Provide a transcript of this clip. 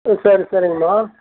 சரி சரிங்கமா